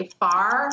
far